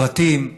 הפרטים,